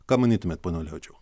ką manytumėt pone ulevičiau